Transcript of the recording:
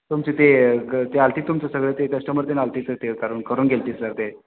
तुमचे ते ग ते आलती तुमचं सगळं ते कस्टमर तीन आलती सर ते करून करून गेलती सर ते